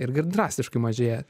ir gan drastiškai mažėja